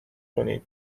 کنید